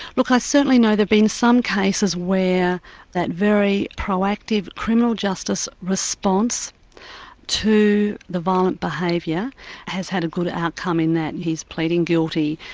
look i certainly know there have been some cases where that very proactive criminal justice response to the violent behaviour has had a good outcome in that he's pleading guilty,